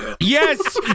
Yes